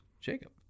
Jacob